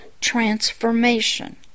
Transformation